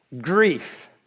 Grief